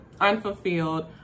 unfulfilled